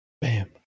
Bam